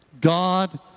God